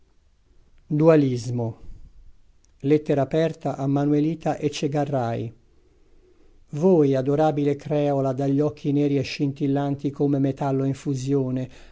dualismo lettera aperta a manuelita etchegarray voi adorabile creola dagli occhi neri e scintillanti come metallo in fusione